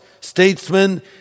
statesmen